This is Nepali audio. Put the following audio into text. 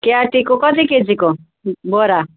केआरटीको कति केजीको बोरा